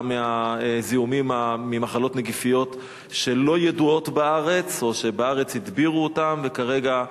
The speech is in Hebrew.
מהזיהומים ממחלות נגיפיות שלא ידועות בארץ או שבארץ הדבירו אותן וכרגע,